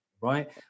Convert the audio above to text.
right